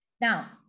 Now